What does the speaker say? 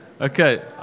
Okay